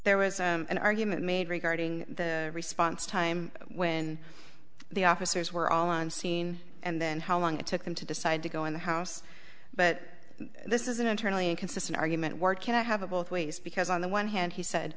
there was an argument made regarding the response time when the officers were all on scene and then how long it took them to decide to go in the house but this is an internally inconsistent argument work cannot have a both ways because on the one hand he said